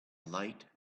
light